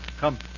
Come